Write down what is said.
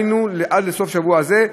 היינו עד סוף שבוע זה,